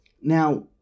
Now